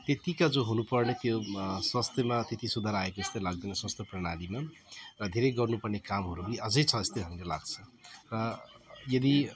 त्यतिका जो हुनुपर्ने त्यो त्यो स्वास्थ्यमा त्यति सुधार आएको जस्तो लाग्दैन स्वास्थ्य प्रणालीमा र धेरै गर्नुपर्ने कामहरू नि अझै छ जस्तो हामीलाई लाग्छ र यदि